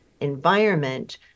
environment